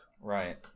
Right